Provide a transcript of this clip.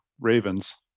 ravens